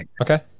Okay